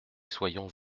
soyons